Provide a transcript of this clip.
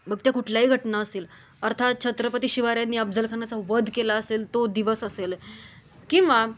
मग त्या कुठल्याही घटना असतील अर्थात छत्रपती शिवरायांनी अफजलखानाचा वध केला असेल तो दिवस असेल किंवा